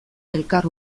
elkar